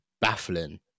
baffling